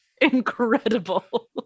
incredible